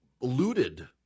looted